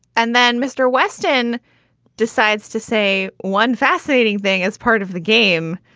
and then mr. westen decides to say one fascinating thing is part of the game.